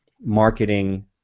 marketing